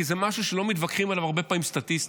כי זה משהו שלא מתווכחים עליו הרבה פעמים סטטיסטית,